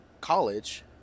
college